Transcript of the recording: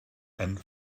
and